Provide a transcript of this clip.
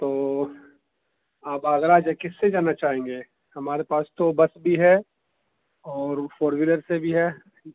تو آپ آگرہ کس سے جانا چاہیں گے ہمارے پاس تو بس بھی ہے اور فور ویلر سے بھی ہے